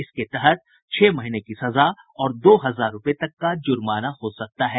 इसके तहत छह महीने की सजा और दो हजार रूपये तक का जुर्माना हो सकता है